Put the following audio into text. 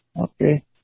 Okay